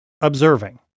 Observing